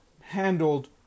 handled